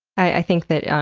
i think that,